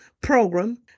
program